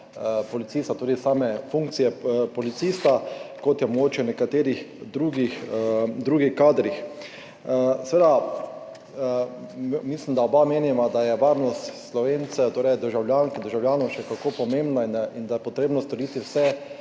policista, torej same funkcije policista, kot je mogoče pri nekaterih drugih kadrih. Seveda mislim, da oba meniva, da je varnost Slovencev, torej državljank in državljanov, še kako pomembna in da je treba storiti vse,